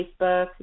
Facebook